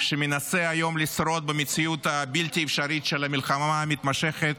שמנסה היום לשרוד במציאות הבלתי-אפשרית של המלחמה המתמשכת